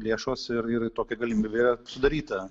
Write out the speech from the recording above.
lėšos ir ir tokia galimybė yra sudaryta